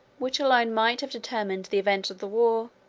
which alone might have determined the event of the war,